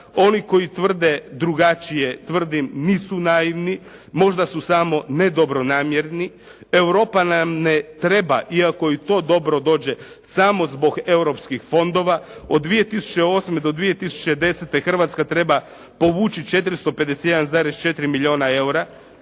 Oni koji tvrde drugačije tvrdim nisu naivni. Možda su samo nedobronamjerni. Europa nam ne treba iako i to dobro dođe samo zbog europskih fondova. Od 2008. do 2010. Hrvatska treba povući 451,4 milijuna